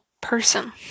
person